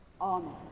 Amen